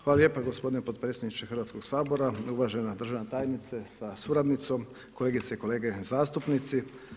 Hvala lijepa gospodine podpredsjedniče Hrvatskog sabora, uvažena državna tajnice sa suradnicom, kolegice i kolege zastupnici.